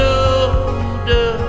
older